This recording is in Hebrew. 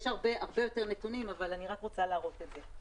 יש הרבה יותר נתונים אבל אני רק רוצה להראות את זה.